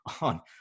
on